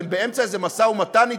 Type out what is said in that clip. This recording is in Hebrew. באמצע איזה משא-ומתן אתו,